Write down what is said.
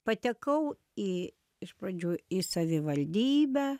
patekau į iš pradžių į savivaldybę